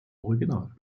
original